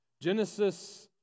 Genesis